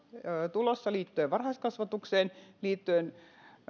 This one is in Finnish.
tulossa liittyen varhaiskasvatukseen liittyen